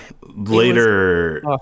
Later